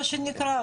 מה שנקרא,